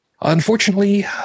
unfortunately